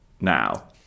now